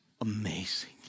Amazing